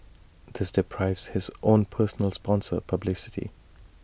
this deprives his own personal sponsor publicity